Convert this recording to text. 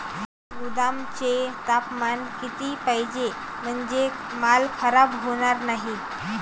गोदामाचे तापमान किती पाहिजे? म्हणजे माल खराब होणार नाही?